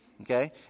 Okay